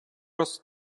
раз